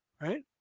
right